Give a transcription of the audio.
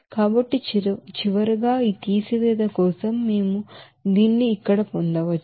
కాబట్టి చివరగా ఈ తీసివేత కోసం మేము దీన్ని ఇక్కడ పొందవచ్చు